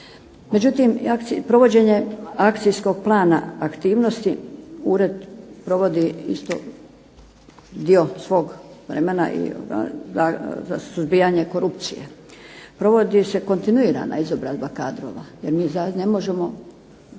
Međutim, provođenje akcijskog plana aktivnosti Ured provodi dio svog vremena za suzbijanje korupcije. Provodi se kontinuirana izobrazba kadrova, jer mi ne možemo